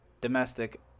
domestic